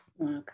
Okay